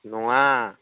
नङा